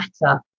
matter